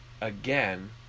again